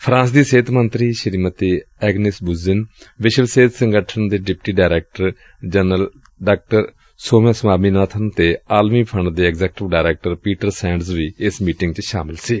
France ਦੀ ਸਿਹਤ ਮੰਤਰੀ ਸ੍ੀਮਤੀ ਐਗਨੇਸ ਬ੍ਰਜ਼ਿਲ ਵਿਸ਼ਵ ਸਿਹਤ ਸੰਗਠਨ ਦੇ deputy director general Dr Soumya Swaminathan ਅਤੇ ਆਲਮੀ ਫੰਡ ਦੇ ਐਗਜੈਕਟਿਵ ਡਾਇਰੈਕਟਰ ਪੀਟਰ ਸੈਂਡਜ਼ ਵੀ ਇਸ ਮੀਟਿੰਗ ਚ ਸ਼ਾਮਲ ਸਨ